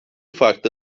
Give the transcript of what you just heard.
farklı